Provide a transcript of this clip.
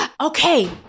okay